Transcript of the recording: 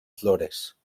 flores